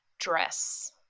dress